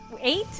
eight